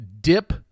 Dip